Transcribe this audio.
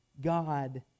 God